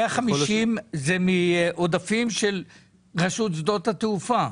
150 זה מעודפים של רשות שדות התעופה?